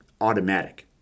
automatic